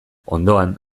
ondoan